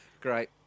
Great